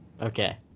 okay